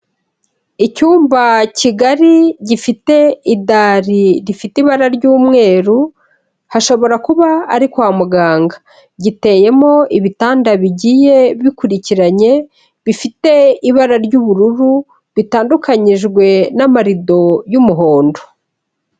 Icyumba kigari gifite idari rifite ibara ry'umweru, hashobora kuba ari kwa muganga, giteyemo ibitanda bigiye bikurikiranye bifite ibara ry'ubururu bitandukanyijwe n'amarido y'umuhondo.